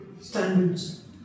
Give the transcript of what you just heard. standards